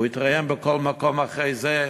הוא התראיין בכל מקום, אחרי זה,